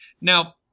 Now